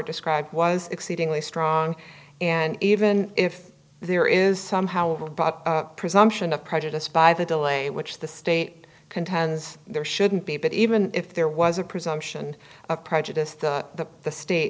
rt described was exceedingly strong and even if there is somehow a presumption of prejudice by the delay which the state contends there shouldn't be but even if there was a presumption of prejudice the the state